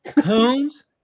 coons